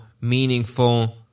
meaningful